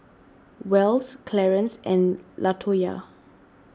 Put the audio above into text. Wells Clarance and Latoyia